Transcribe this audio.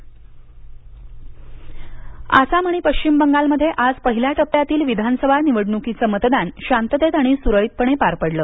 विधानसभा निवडण्का आसाम आणि पश्चिम बंगालमध्ये आज पहिल्या टप्प्यातील विधानसभा निवडणुकीचं मतदान शांततेत आणि सुरळीत पणे पार पडलं